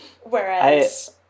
Whereas